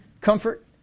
comfort